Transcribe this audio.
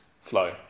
flow